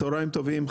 צוהריים טובים.